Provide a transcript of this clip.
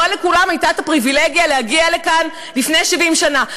לא לכולם הייתה הפריבילגיה להגיע לכאן לפני 70 שנה,